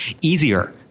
easier